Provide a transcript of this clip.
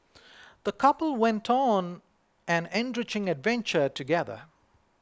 the couple went on an enriching adventure together